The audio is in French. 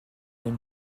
aime